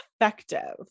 effective